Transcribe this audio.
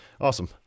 Awesome